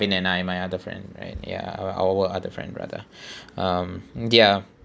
and I my other friend right ya our our other friend brother um ya